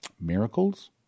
miracles